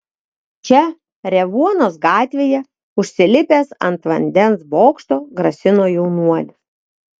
čia revuonos gatvėje užsilipęs ant vandens bokšto grasino jaunuolis